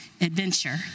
adventure